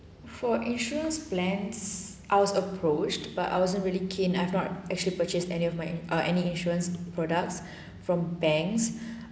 for insurance plans I was approached but I wasn't really keen I've not actually purchased any of my err any insurance products from banks